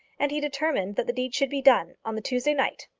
and he determined that the deed should be done on the tuesday night.